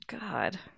God